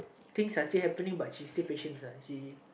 things are still happening but she still patience uh she